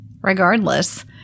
regardless